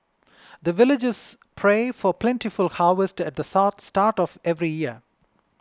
the villagers pray for plentiful harvest at the start of every year